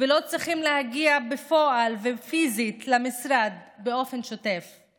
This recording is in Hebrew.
ולא צריכים להגיע בפועל ופיזית למשרד באופן שוטף.